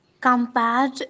compared